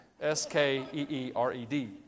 S-K-E-E-R-E-D